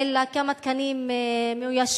אלא כמה תקנים מאוישים.